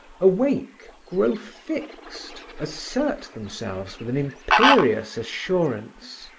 awake, grow fixed, assert themselves with an imperious assurance.